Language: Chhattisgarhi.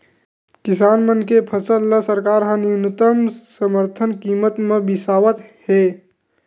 किसान मन के फसल ल सरकार ह न्यूनतम समरथन कीमत म बिसावत हे